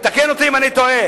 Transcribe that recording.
תקן אותי אם אני טועה.